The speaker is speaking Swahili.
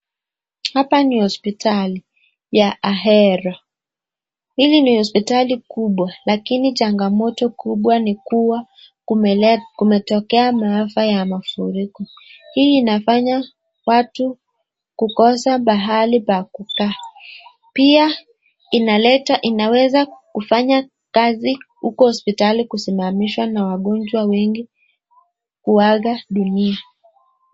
Hapa ni hospitali ya Ahero. Hili ni hospitali kubwa, lakini changamoto kubwa ni kuwa kumetokea maafa ya mafuriko. Hii inafanya watu kukosa pahali pa kukaa, pia inaweza kufanya kazi huko hospitali kusimamishwa na wagonjwa wengi kuaga dunia.